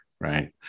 right